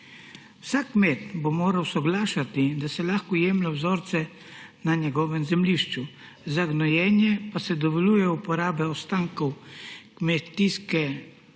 Vsak kmet bo moral soglašati, da se lahko jemlje vzorce na njegovem zemljišču, za gnojenje pa se dovoljuje uporaba ostankov kmetijske